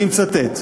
אני מצטט: